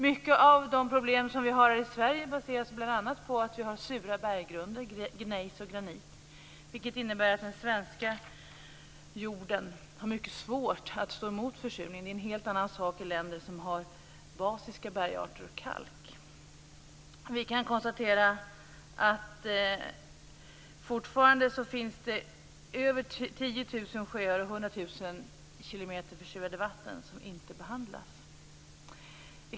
Många av de problem som vi har i Sverige baseras bl.a. på att vi har sura berggrunder, gnejs och granit, vilket innebär att den svenska jorden har mycket svårt att stå emot försurning. Det är en helt annan sak i länder som har basiska bergarter och kalk. Vi kan konstatera att det fortfarande finns över 10 000 sjöar och 100 000 kilometer försurade vatten som inte behandlas.